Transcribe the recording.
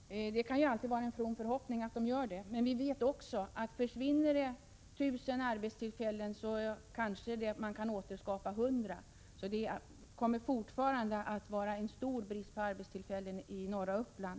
Fru talman! Vi kan alltid hysa en from förhoppning om detta. Men vi vet också att om det försvinner tusen arbetstillfällen så kanske man kan återskapa hundra. Det kommer fortfarande att vara stor brist på arbetstillfällen i norra Uppland.